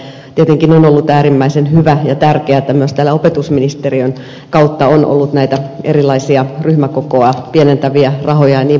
tietenkin on ollut äärimmäisen hyvä ja tärkeää että myös opetusministeriön kautta on ollut näitä erilaisia ryhmäkokoa pienentäviä rahoja jnp